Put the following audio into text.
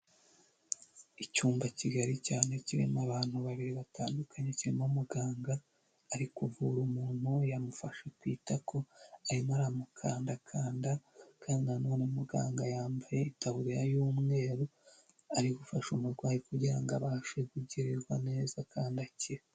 Icyumba kigari cyane kirimo abantu babiri batandukanye. Kirimo umuganga uri kuvura umuntu yamufashe ku itako, arimo aramukandakanda kandi na none muganga yambaye itaburiya y'umweru, ari gufasha umurwayi kugira abashe kugirirwa neza kandi akire.